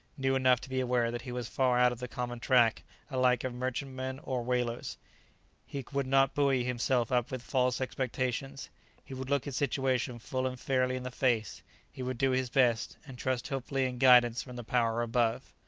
knew enough to be aware that he was far out of the common track alike of merchantmen or whalers he would not buoy himself up with false expectations he would look his situation full and fairly in the face he would do his best, and trust hopefully in guidance from the power above.